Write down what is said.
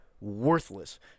worthless